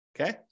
Okay